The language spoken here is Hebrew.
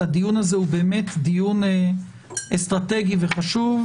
הדיון הזה הוא באמת דיון אסטרטגי וחשוב,